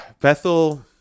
Bethel